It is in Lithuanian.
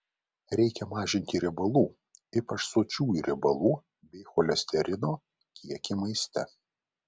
reikia mažinti riebalų ypač sočiųjų riebalų bei cholesterino kiekį maiste